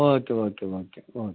okay okay okay okay